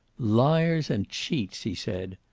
liars and cheats, he said.